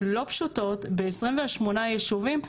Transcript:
לא פשוטות ב-28 יישובים.